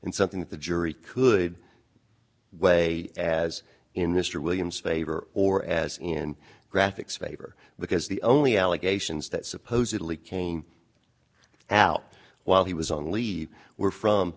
and something that the jury could weigh as in this or william's favor or as in graphics favor because the only allegations that supposedly came out while he was on leave were from